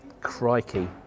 crikey